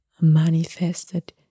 manifested